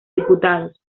diputados